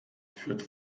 führt